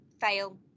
fail